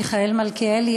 מיכאל מלכיאלי,